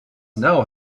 know